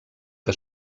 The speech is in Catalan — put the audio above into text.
que